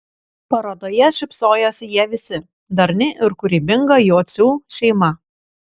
parodoje šypsojosi jie visi darni ir kūrybinga jocių šeima